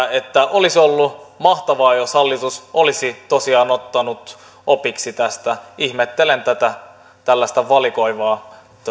olisi ollut mahtavaa jos hallitus olisi tosiaan ottanut opiksi tästä ihmettelen tätä tällaista valikoivaa